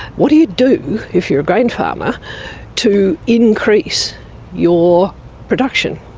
what do you do if you're a grain farmer to increase your production?